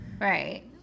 Right